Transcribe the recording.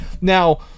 Now